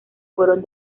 fueron